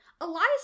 Elias